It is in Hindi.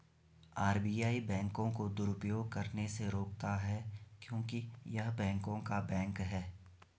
आर.बी.आई बैंकों को दुरुपयोग करने से रोकता हैं क्योंकि य़ह बैंकों का बैंक हैं